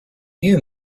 you